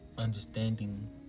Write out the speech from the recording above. understanding